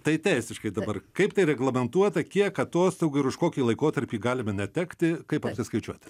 tai teisiškai dabar kaip tai reglamentuota kiek atostogų ir už kokį laikotarpį galime netekti kaip apsiskaičiuoti